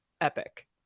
epic